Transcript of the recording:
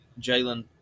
Jalen